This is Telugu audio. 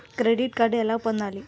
క్రెడిట్ కార్డు ఎలా పొందాలి?